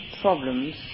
problems